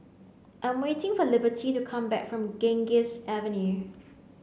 I am waiting for Liberty to come back from Ganges Avenue